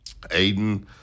Aiden